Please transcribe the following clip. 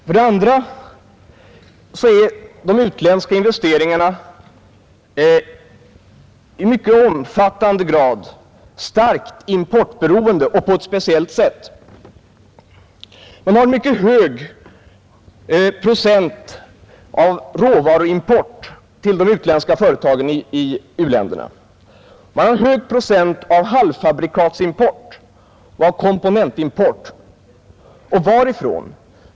För det andra är de utländska investeringarna i mycket hög grad starkt importberoende och det på ett speciellt sätt. Man har en mycket hög procent råvaruimport till de utländska företagen i u-länderna. Man har en hög procent halvfabrikatimport och komponentimport. Och varifrån?